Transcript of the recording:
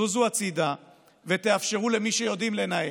זוזו הצידה ותאפשרו למי שיודעים לנהל,